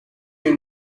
you